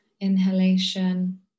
inhalation